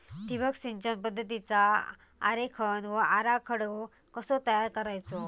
ठिबक सिंचन पद्धतीचा आरेखन व आराखडो कसो तयार करायचो?